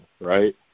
right